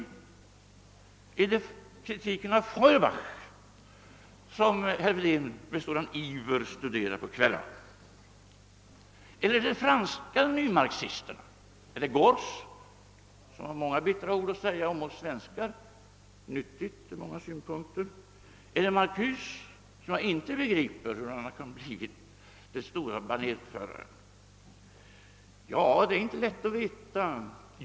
Är det kritiken av Feuerbach som herr Wedén med sådan iver studerar på kvällarna? Läser han de franska nymarxisterna, Gorz — som har många bittra ord att säga om oss svenskar, vilket kan vara nyttigt ur många synpunk ter — eller Marcuse; jag kan för resten inte begripa hur han kunnat bli den store banerföraren. Det är inte lätt att veta vad herr Wedén grundar sina yttranden på.